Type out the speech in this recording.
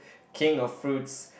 king of fruits